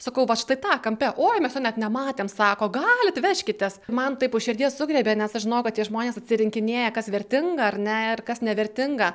sakau vat štai tą kampe oi mes jo net nematėm sako galit vežkitės man taip už širdies sugriebė nes aš žinojau kad tie žmonės atsirinkinėja kas vertinga ar ne ir kas nevertinga